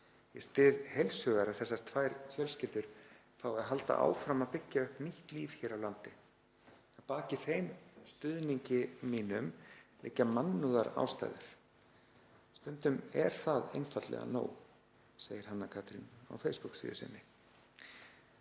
Ég styð heilshugar að þessar tvær fjölskyldur fái að halda áfram að byggja upp nýtt líf hér á landi. Að baki þeim stuðningi mínum liggja mannúðarástæður. Stundum er það einfaldlega nóg,“ segir Hanna Katrín á Facebook-síðu sinni.“